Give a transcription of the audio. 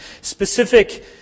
specific